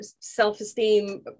self-esteem